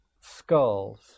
skulls